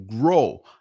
Grow